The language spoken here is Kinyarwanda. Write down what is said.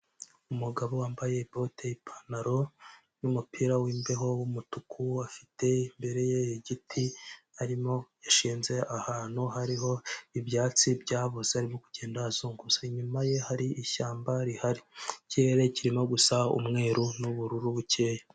Umugabo wambaye bote, ipantaro n'umupira w'imbeho w'umutuku, afite imbere ye igiti arimo yashinze ahantu hariho ibyatsi byaboze arimo kugenda azunguza. Inyuma ye hari ishyamba rihari. Ikirere kirimo gusa umweru n'ubururu bukeya.